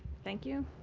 thank you.